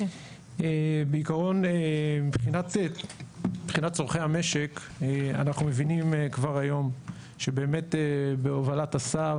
בעיקרון מבחינת צרכי המשק אנחנו מבינים כבר היום שבאמת בהובלת השר